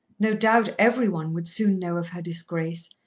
no doubt every one would soon know of her disgrace,